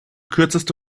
kürzeste